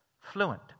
Fluent